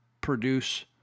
produce